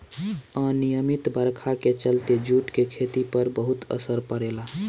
अनिमयित बरखा के चलते जूट के खेती पर बहुत असर पड़ेला